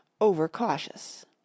over-cautious